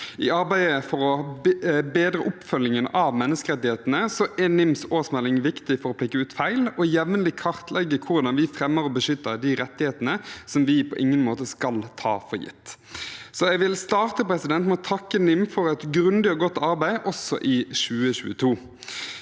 I arbeidet for å bedre oppfølgingen av menneskerettighetene er NIMs årsmelding viktig for å peke ut feil og jevnlig kartlegge hvordan vi fremmer og beskytter de rettighetene vi på ingen måte skal ta for gitt. Jeg vil starte med å takke NIM for et grundig og godt arbeid også i 2022.